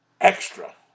Extra